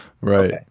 Right